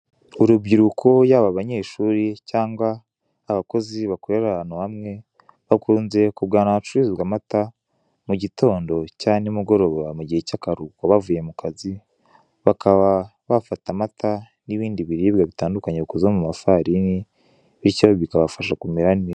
Urubyiruko yaba abanyeshuri cyangwa abakozi bakorera ahantu hamwe bakunze kugana ahantu bacururiza amata mu gitondo cyangwa nimugoroba mu gihe cy'akaruhuko bavuye mu kazi bakaba bafata amata n'ibindi biribwa bitandukanye bikozwe mu mafarini bityo bikabafasha kumera neza.